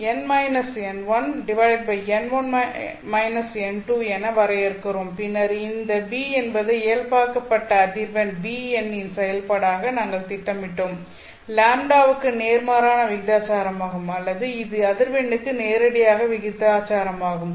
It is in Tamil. இது bn n1n1 n2 என வரையறுக்கிறோம் பின்னர் இந்த b என்பதை இயல்பாக்கப்பட்ட அதிர்வெண் V எண் இன் செயல்பாடாக நாங்கள் திட்டமிட்டோம் λ வுக்கு நேர்மாறான விகிதாசாரமாகும் அல்லது இது அதிர்வெண்ணுக்கு நேரடியாக விகிதாசாரமாகும்